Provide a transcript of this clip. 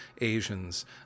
Asians